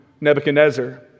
Nebuchadnezzar